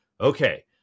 Okay